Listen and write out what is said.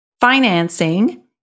financing